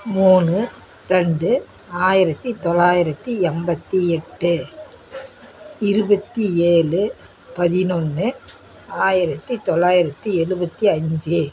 மூணு ரெண்டு ஆயிரத்து தொள்ளாயிரத்தி எண்பத்தி எட்டு இருபத்தி ஏழு பதினொன்று ஆயிரத்து தொள்ளாயிரத்தி எழுவத்தி அஞ்சு